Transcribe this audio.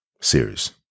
Serious